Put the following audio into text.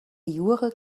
jure